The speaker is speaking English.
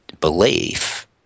belief